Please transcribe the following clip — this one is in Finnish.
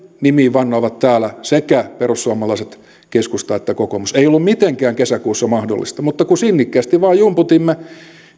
nimiin vannoivat täällä sekä perussuomalaiset keskusta että kokoomus ei ollut mitenkään kesäkuussa mahdollista mutta kun sinnikkäästi vain jumputimme